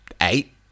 eight